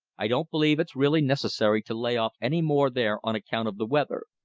i don't believe it's really necessary to lay off any more there on account of the weather.